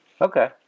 Okay